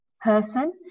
person